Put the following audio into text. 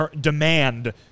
demand